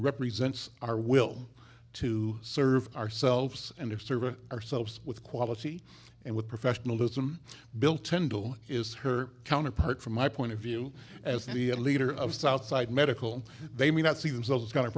represents our will to serve ourselves and if service ourselves with quality and with professionalism bill tendo is her counterpart from my point of view as the leader of southside medical they may not see themselves as kind of